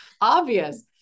obvious